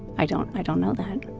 i don't i don't know that